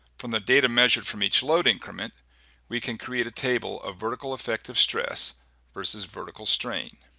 from the data measured from each load increment we can create a table of vertical effective stress versus vertical strain.